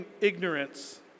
ignorance